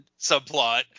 subplot